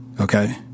okay